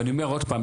אני אומר עוד פעם,